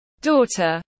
daughter